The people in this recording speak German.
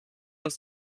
uns